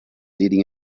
leading